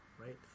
right